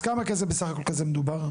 אז כמה כסף סך הכול כזה מדובר?